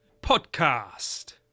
podcast